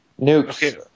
Nukes